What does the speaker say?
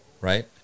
right